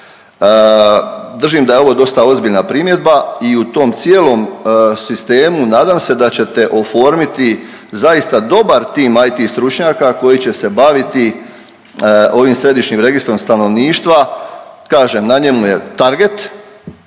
Držim da je ovo dosta ozbiljna primjedba i u tom cijelom sistemu nadam se da ćete oformiti zaista dobar tim IT stručnjaka koji će se baviti ovim središnjim registrom stanovništva. Kažem na njemu je target,